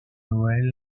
noël